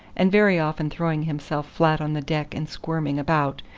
and very often throwing himself flat on the deck and squirming about,